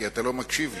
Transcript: כי אתה לא מקשיב לי.